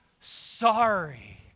sorry